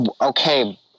okay